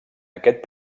aquest